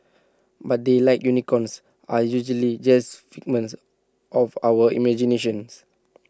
but they like unicorns are usually just figments of our imaginations